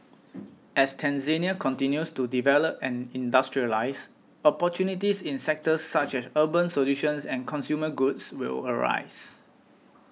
as Tanzania continues to develop and industrialise opportunities in sectors such as urban solutions and consumer goods will arise